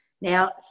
Now